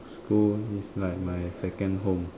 school is like my second home